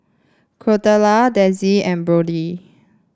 Carlota Denzil and Brody